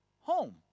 home